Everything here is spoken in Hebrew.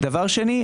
דבר שני,